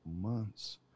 months